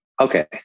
Okay